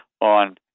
on